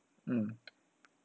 mm